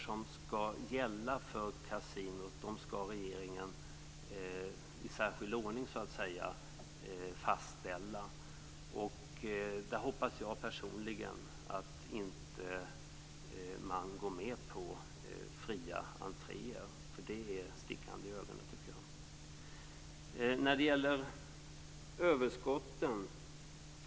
Samtidigt skall regeringen i särskild ordning fastställa de regler som skall gälla för kasinon. Där hoppas jag personligen att man inte går med på fria entréer. Jag tycker att det sticker i ögonen.